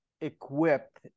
equipped